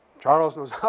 charles knows